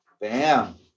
Bam